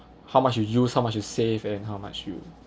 how much you use how much you safe and how much you